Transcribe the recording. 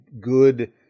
good